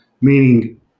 meaning